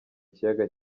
kiyaga